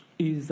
is